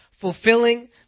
fulfilling